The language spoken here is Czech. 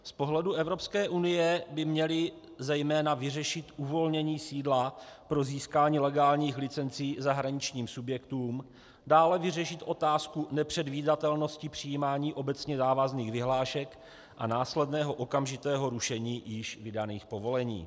Z pohledu Evropské unie by měly zejména vyřešit uvolnění sídla pro získání legálních licencí zahraničním subjektům, dále vyřešit otázku nepředvídatelnosti přijímání obecně závazných vyhlášek a následného okamžitého rušení již vydaných povolení.